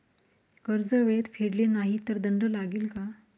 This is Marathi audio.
कर्ज वेळेत फेडले नाही तर दंड लागेल का?